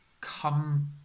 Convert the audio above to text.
come